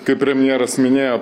kaip premjeras minėjo